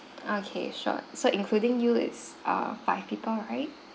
okay sure so including you is uh five people right